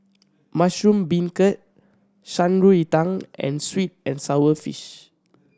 mushroom beancurd Shan Rui Tang and sweet and sour fish